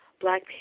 black